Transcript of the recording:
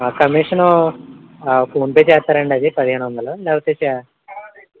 commission PhonePe చేస్తారా అండి అది పదిహేను వందలు లేకపోతే